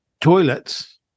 toilets